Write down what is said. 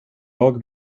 jag